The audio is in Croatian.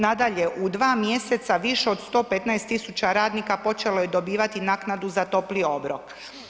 Nadalje u dva mjeseca više od 115 tisuća radnika počelo je dobivati naknadu za topli obrok.